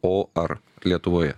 o ar lietuvoje